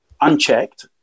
unchecked